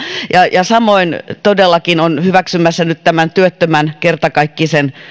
ja samoin todellakin on hyväksymässä nyt tämän työttömän kertakaikkisen